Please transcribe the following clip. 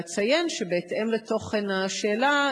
אציין שבהתאם לתוכן השאלה,